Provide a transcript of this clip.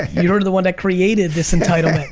you're sort of the one that created this entitlement.